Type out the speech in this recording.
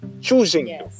choosing